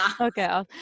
Okay